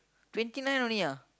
twenty nine only ah